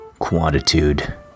Quantitude